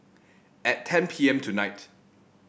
at ten P M tonight